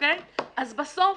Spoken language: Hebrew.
אז בסוף,